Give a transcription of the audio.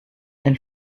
elle